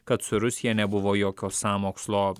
kad su rusija nebuvo jokio sąmokslo